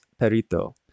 Perito